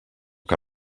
que